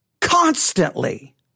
constantly